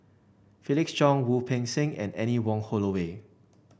Felix Cheong Wu Peng Seng and Anne Wong Holloway